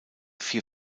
vier